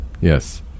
Yes